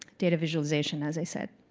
data visualization, as i said.